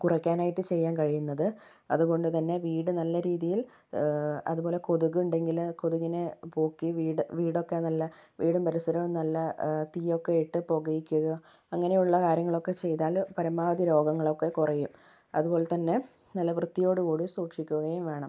കുറയ്ക്കാനായിട്ട് ചെയ്യാൻ കഴിയുന്നത് അതുകൊണ്ടുത്തന്നെ വീട് നല്ല രീതിയിൽ അതുപോലെ കൊതുകുണ്ടെങ്കില് കൊതുകിനെ പോക്കി വീട് വീടൊക്കെ നല്ല വീടും പരിസരവും നല്ല തീയൊക്കെ ഇട്ട് പോകയ്ക്കുക അങ്ങനെയുള്ള കാര്യങ്ങളൊക്കെ ചെയ്താല് പരമാവധി രോഗങ്ങളൊക്കെ കുറയും അതുപോലെത്തന്നെ നല്ല വൃത്തിയോട്കൂടി സൂക്ഷിക്കുകയും വേണം